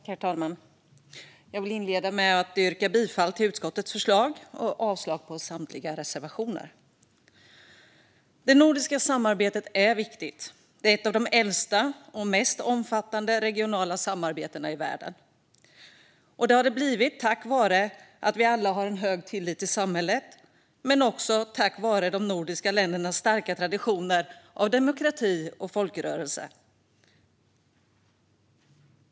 Herr talman! Jag vill inleda med att yrka bifall till utskottets förslag och avslag på samtliga reservationer. Det nordiska samarbetet är viktigt. Det är ett av de äldsta och mest omfattande regionala samarbetena i världen. Det har det blivit tack vare att vi alla har en hög tillit till samhället men också tack vare de nordiska ländernas starka traditioner av demokrati och folkrörelse.